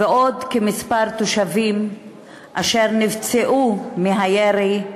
ועוד כמה תושבים נפצעו מירי,